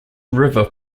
river